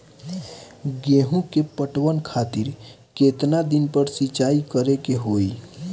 गेहूं में पटवन खातिर केतना दिन पर सिंचाई करें के होई?